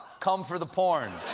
come for the porn.